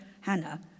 Hannah